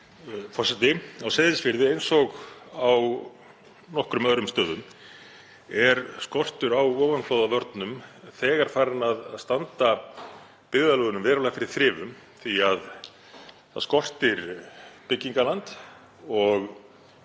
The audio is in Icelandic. Forseti. Á Seyðisfirði, eins og á nokkrum öðrum stöðum, er skortur á ofanflóðavörnum þegar farinn að standa byggðarlögunum verulega fyrir þrifum því að það skortir byggingarland og